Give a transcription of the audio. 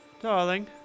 darling